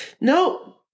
no